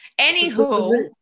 Anywho